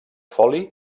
foli